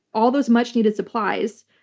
all those much-needed supplies,